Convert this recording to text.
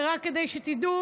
רק כדי שתדעו,